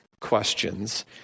questions